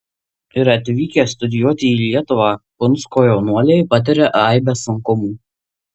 ir atvykę studijuoti į lietuvą punsko jaunuoliai patiria aibes sunkumų